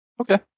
Okay